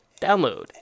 download